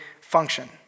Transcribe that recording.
function